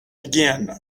again